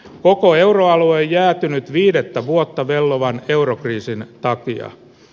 koko euroalue jää nyt viidettä vuotta vellovat eurokriisin vakavia